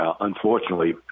unfortunately